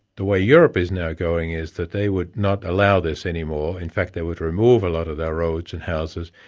the way europe is now going, is that they would not allow this any more, in fact they would remove a lot of their roads and houses,